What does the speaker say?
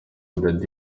daddy